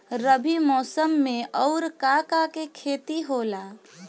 रबी मौसम में आऊर का का के खेती होला?